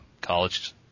college